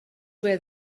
were